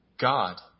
God